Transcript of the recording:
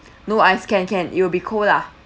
no ice can can it will be cold lah